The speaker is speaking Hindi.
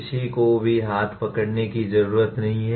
किसी को भी हाथ पकड़ने की जरूरत नहीं है